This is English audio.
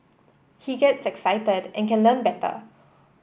he gets excited and can learn better